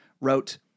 wrote